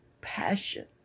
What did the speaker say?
passion